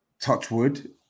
Touchwood